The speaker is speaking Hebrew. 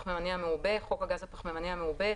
התשמ"ט 1989‏; "חוק הגז הפחמימני המעובה" חוק הגז הפחמימני המעובה,